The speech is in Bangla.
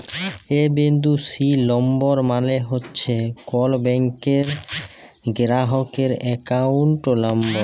এ বিন্দু সি লম্বর মালে হছে কল ব্যাংকের গেরাহকের একাউল্ট লম্বর